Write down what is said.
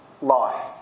lie